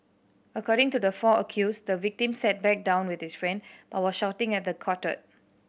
according to the four accused the victim sat back down with his friend but was shouting at the quartet